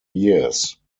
years